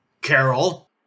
carol